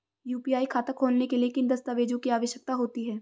UPI खाता खोलने के लिए किन दस्तावेज़ों की आवश्यकता होती है?